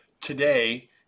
today